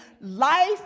life